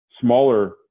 smaller